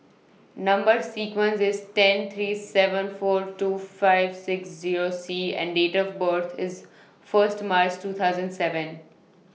Number sequence IS ten three seven four two five six Zero C and Date of birth IS First March two thousand and seven